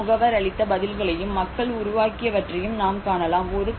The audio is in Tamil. உதவி முகவர் அளித்த பதில்களையும் மக்கள் உருவாக்கியவற்றையும் நாம் காணலாம்